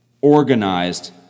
organized